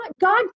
God